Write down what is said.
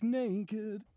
naked